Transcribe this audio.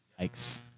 Yikes